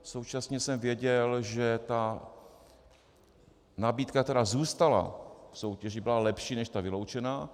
Současně jsem věděl, že ta nabídka tedy zůstala v soutěži, byla lepší než ta vyloučená.